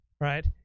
right